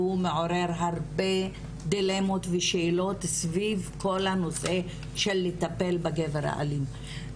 והוא מעורר הרבה דילמות ושאלות סביב כל הנושא של טיפול בגבר האלים.